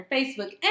Facebook